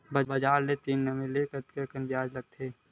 बजार ले ऋण ले म कतेकन ब्याज लगथे?